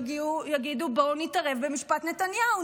יגידו: בואו נתערב במשפט נתניהו,